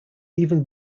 even